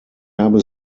habe